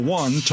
one